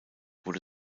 wurde